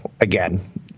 again